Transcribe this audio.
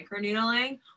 microneedling